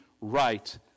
right